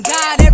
God